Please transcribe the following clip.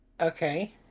okay